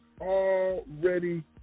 already